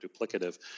duplicative